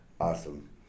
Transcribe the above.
awesome